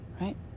right